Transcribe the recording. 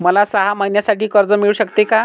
मला सहा महिन्यांसाठी कर्ज मिळू शकते का?